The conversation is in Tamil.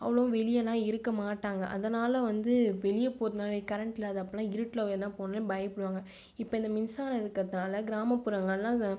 அவ்வளோவும் வெளியேலாம் இருக்கமாட்டாங்க அதனால வந்து வெளியே போகறதுனாலே கரண்ட்லாம் அது அப்போலாம் இருட்டில் எதுனா போனோன்னா பயப்புடுவாங்க இப்போ இந்த மின்சாரம் இருக்கறதுனால கிராமப்புறங்கள்லாம் இதை